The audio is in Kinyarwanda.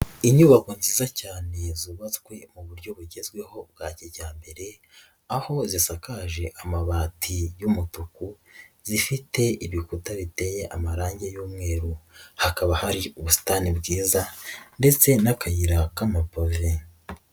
Inyubako nziza cyane zubatswe mu buryo bugezweho bwa kijyambere, aho zisakaje amabati y'umutuku zifite ibikuta biteye amarange y'umweru, hakaba hari ubusitani bwiza ndetse n'akayira k'amapave.